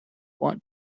want